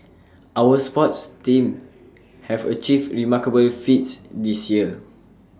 our sports teams have achieved remarkable feats this year